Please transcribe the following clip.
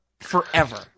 forever